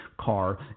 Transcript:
car